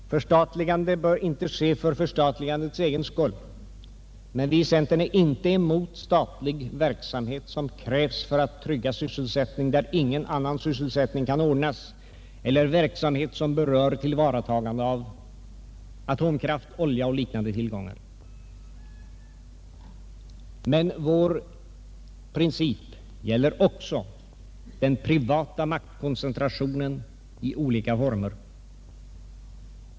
Förstatligande bör inte ske för förstatligandets egen skull. Men vi i centern är inte emot statlig verksamhet som krävs för att trygga sysselsättning där ingen annan sysselsättning kan ordnas eller verksamhet som berör tillvaratagande av atomkraft, olja och liknande tillgångar. Men vår princip gäller också den privata maktkoncentrationen i olika former.